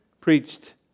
preached